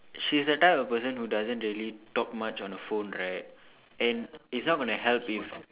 she's the type of person who doesn't really talk much on the phone right and it's not gonna help if